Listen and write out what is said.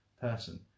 person